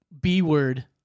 B-word